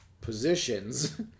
positions